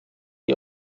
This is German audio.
die